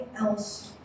else